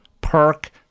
perk